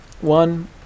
one